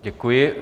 Děkuji.